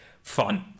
fun